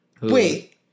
Wait